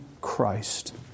Christ